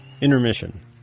Intermission